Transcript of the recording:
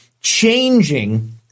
changing